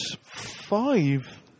five